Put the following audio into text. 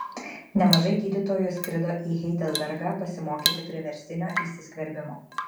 nemažai gydytojų skrido į heidelbergą pasimokyti priverstinio įsiskverbimo